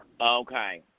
Okay